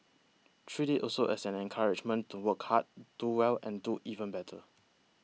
treat it also as an encouragement to work hard do well and do even better